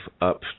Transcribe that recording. up